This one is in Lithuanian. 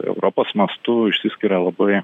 europos mastu išsiskiria labai